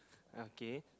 okay